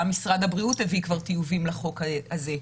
גם משרד הבריאות הביא כבר טיובים לחוק הזה,